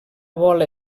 bola